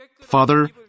Father